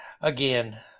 again